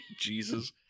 Jesus